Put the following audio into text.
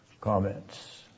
Comments